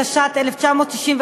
התשכ"ה 1965,